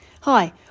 hi